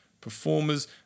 performers